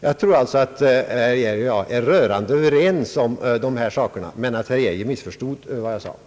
Jag tror alltså att herr Geijer och jag är rörande överens om dessa saker, men att herr Geijer missförstod vad jag sade.